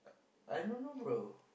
I don't know bro